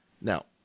Now